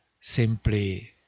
simply